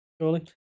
Surely